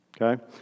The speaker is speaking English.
okay